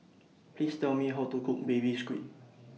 Please Tell Me How to Cook Baby Squid